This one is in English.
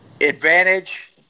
Advantage